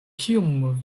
kiom